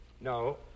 No